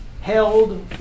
held